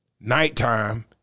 nighttime